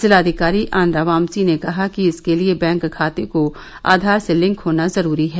जिलाधिकारी आन्द्रा वाम्सी ने कहा कि इसके लिए बैंक खाते का आधार से लिंक होना जरूरी है